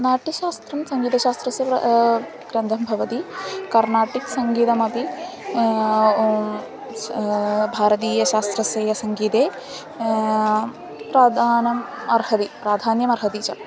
नाट्यशास्त्रं सङ्गीतशास्त्रस्य ग्र ग्रन्थः भवति कर्नाटकीय सङ्गीतमपि श् भारतीयशास्त्रीयसङ्गीते प्राधान्यमर्हति प्राधान्यमर्हति च